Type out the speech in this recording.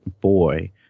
boy